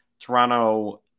Toronto